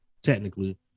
Technically